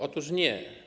Otóż nie.